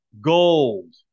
gold